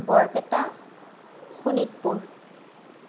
Barpeta Sonitpur